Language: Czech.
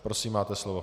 Prosím, máte slovo.